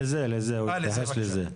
לא, אין תכנון, זה לא במסגרת התכנון הקיים.